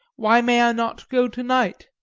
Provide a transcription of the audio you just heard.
why may i not go to-night?